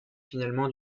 finalement